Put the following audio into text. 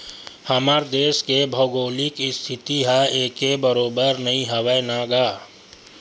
हमर देस के भउगोलिक इस्थिति ह एके बरोबर नइ हवय न गा